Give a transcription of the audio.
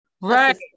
Right